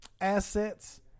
assets